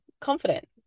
confident